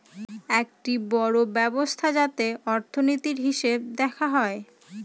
একটি বড়ো ব্যবস্থা যাতে অর্থনীতির, হিসেব দেখা হয়